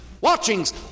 watchings